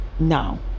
now